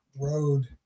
road